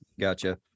Gotcha